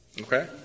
Okay